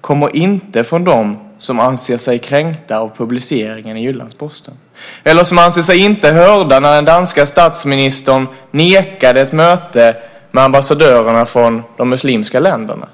kommer inte från dem som anser sig kränkta av publiceringen i Jyllands-Posten eller dem som anser sig inte hörda när den danska statsministern nekade till ett möte med ambassadörerna från de muslimska länderna.